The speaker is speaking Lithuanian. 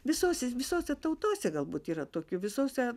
visose visose tautose galbūt yra tokių visose